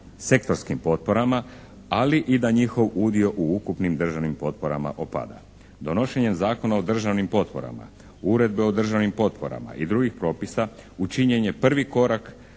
sektorskim potporama ali i da njihov udio u ukupnim državnim potporama opada. Donošenjem Zakona o državnim potporama, Uredbe o državnim potporama i drugih propisa učinjen je prvi korak